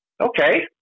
Okay